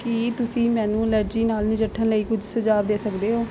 ਕੀ ਤੁਸੀਂ ਮੈਨੂੰ ਐਲਰਜੀ ਨਾਲ ਨਜਿੱਠਣ ਲਈ ਕੁਝ ਸੁਝਾਅ ਦੇ ਸਕਦੇ ਹੋ